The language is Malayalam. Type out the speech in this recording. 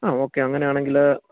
ആ ഓക്കെ അങ്ങനെയാണെങ്കിൽ